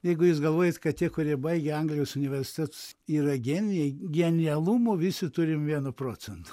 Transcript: jeigu jūs galvojat kad tie kurie baigę anglijos universitetus yra genijai genialumo visi turim vieną procentą